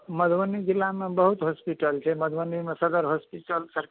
मधुबनी जिलामे बहुत होस्पिटल छै मधुबनीमे सदर होस्पिटल सर